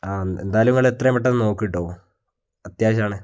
ആ എന്തായാലും നിങ്ങൾ എത്രയും പെട്ടെന്ന് നോക്കു കേട്ടോ അത്യാവശ്യമാണ്